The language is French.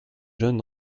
jeunes